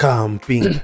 Camping